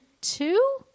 two